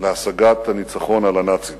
על השגת הניצחון על הנאצים.